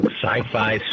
Sci-Fi